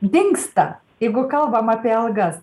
dingsta jeigu kalbam apie algas